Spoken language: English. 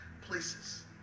places